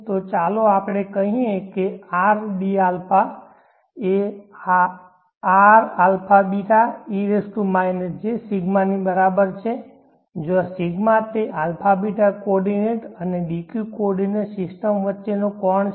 તો ચાલો આપણે કહીએ કે Rdq એ Rαβ e Jρ ની બરાબર છે જ્યાં ρ તે αβ કોઓર્ડિનેટ અને dq કોઓર્ડિનેંટ સિસ્ટમ વચ્ચેનો કોણ છે